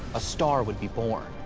a star would be born.